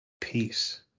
Peace